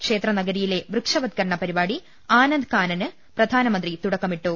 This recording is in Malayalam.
ക്ഷേത്രനഗരിയിലെ വൃക്ഷവൽക്കരണ പരിപാടി ആനന്ദ് കാനന് പ്രധാനമന്ത്രി തുടക്കമിട്ടു